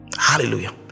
hallelujah